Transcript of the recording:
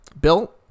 Bill